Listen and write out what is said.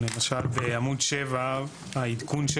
עמוד 7, העדכון של